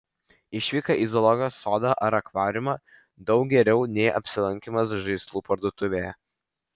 išvyka į zoologijos sodą ar akvariumą daug geriau nei apsilankymas žaislų parduotuvėje